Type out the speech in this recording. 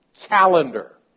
calendar